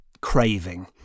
craving